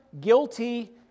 guilty